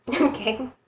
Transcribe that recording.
Okay